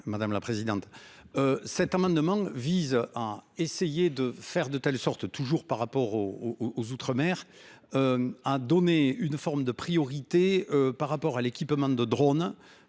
Madame la présidente. Cet amendement vise à essayer de faire de telle sorte toujours par rapport au aux outre-mer. Hein. Donner une forme de priorité par rapport à l'équipement de drone.